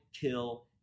kill